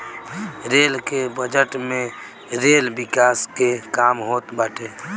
rail के budget में rail विकास के काम होत बाटे